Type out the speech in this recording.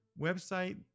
website